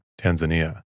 Tanzania